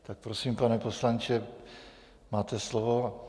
Tak, prosím, pane poslanče, máte slovo.